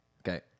Okay